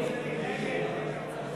סעיפים 23 26,